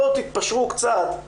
בואו תתפשרו קצת,